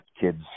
kids